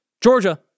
Georgia